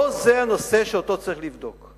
לא זה הנושא שאותו צריך לבדוק.